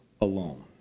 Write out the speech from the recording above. alone